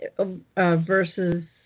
versus